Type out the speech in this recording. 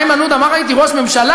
איימן עודה אמר: אם הייתי ראש ממשלה,